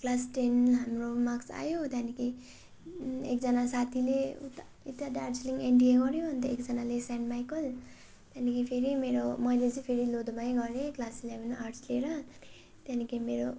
class ten हाम्रो marks आयो त्यहाँदेखि एकजना साथीले उता उता दार्जिलिङ एनडिए गर्यो अन्त एकजनाले सेन्ट माइकल त्यहाँदेखि फेरि मेरो मैले चाहिँ फेरि लोधोमामै गरेँ क्लास इलेभेन आर्ट्स लिएर त्यहाँदेखि मेरो